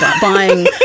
buying